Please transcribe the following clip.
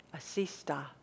asista